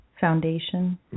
foundation